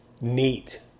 neat